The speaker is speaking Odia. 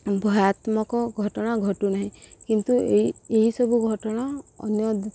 ଭୟାତ୍ମକ ଘଟଣା ଘଟୁନାହିଁ କିନ୍ତୁ ଏହି ଏହିସବୁ ଘଟଣା ଅନ୍ୟ